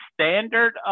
standard